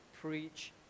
preach